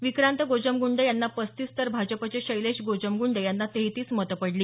विक्रांत गोजमगुंडे यांना पस्तीस तर भाजपचे शैलेश गोजमगुंडे यांना तेहतीस मतं पडली